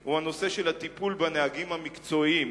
הוא הטיפול בנהגים המקצועיים,